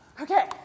Okay